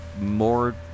more